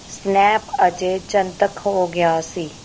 snap ਅਜੇ ਜਨਤਕ ਹੋ ਗਿਆ ਸੀ